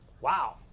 Wow